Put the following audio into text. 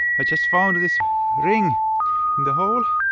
i just found this ring in the hole.